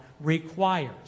requires